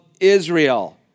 Israel